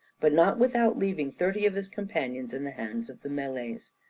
but not without leaving thirty of his companions in the hands of the malays.